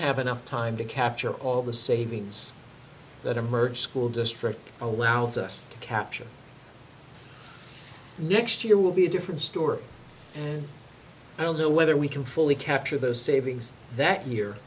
have enough time to capture all the savings that emerge school district allows us to capture next year will be a different story and i don't know whether we can fully capture those savings that year